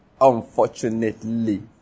unfortunately